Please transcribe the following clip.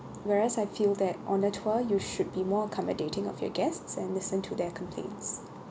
whereas I feel that on the tour you should be more accommodating of your guests and listen to their complaints